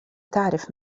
تعرف